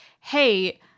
hey